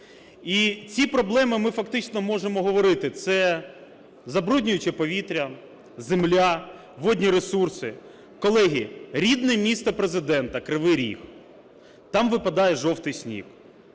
І ці проблеми, ми фактично можемо говорити, це: забруднююче повітря, земля, водні ресурси. Колеги, рідне місто Президента – Кривій Ріг, там випадає жовтий сніг.